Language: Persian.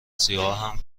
سیاهم